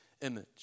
image